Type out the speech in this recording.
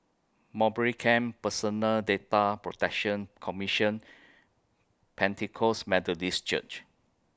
Mowbray Camp Personal Data Protection Commission Pentecost Methodist Church